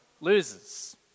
loses